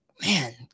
man